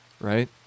Right